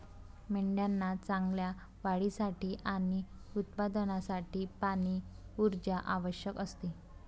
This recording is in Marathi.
मेंढ्यांना चांगल्या वाढीसाठी आणि उत्पादनासाठी पाणी, ऊर्जा आवश्यक असते